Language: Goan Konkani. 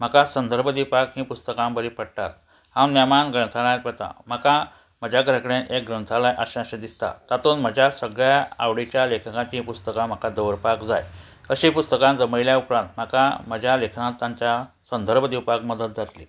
म्हाका संदर्भ दिवपाक हीं पुस्तकां बरी पडटात हांव नेमान ग्रंथालयांत वतां म्हाका म्हज्या घरा कडेन एक ग्रंथालय आसचें अशें दिसता तातूंत म्हज्या सगळ्या आवडीच्या लेखकांची पुस्तकां म्हाका दवरपाक जाय अशी पुस्तकां जमयल्या उपरांत म्हाका म्हज्या लेखनांत तांच्या संदर्भ दिवपाक मजत जातली